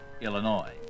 Illinois